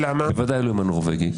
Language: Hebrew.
בוודאי לא עם הנורבגים.